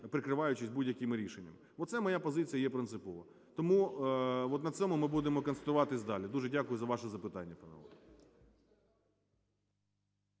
прикриваючись будь-якими рішеннями. Оце моя позиція є принципова. Тому от на цьому ми будемо концентруватись далі. Дуже дякую за ваше запитання, панове.